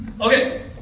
Okay